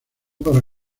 para